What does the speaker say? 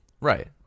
Right